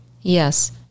Yes